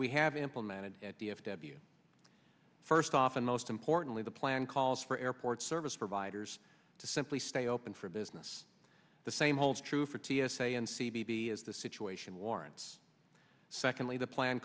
we have implemented at d f w first off and most importantly the plan calls for airport service providers to simply stay open for business the same holds true for t s a and c b as the situation warrants secondly the plan